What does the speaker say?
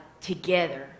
together